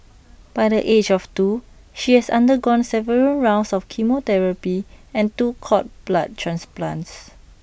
by the age of two she has undergone several rounds of chemotherapy and two cord blood transplants